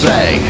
Say